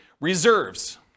reserves